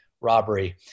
robbery